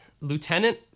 lieutenant